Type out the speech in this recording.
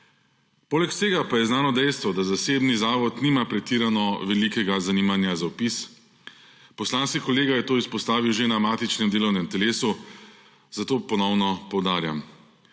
Poleg vsega pa je znano dejstvo, da zasebni zavod nima pretirano velikega zanimanja za vpis. Poslanski kolega je to izpostavil že na matičnem delovnem telesu, zato ponovno poudarjam,